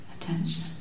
attention